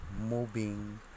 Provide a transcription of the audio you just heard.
moving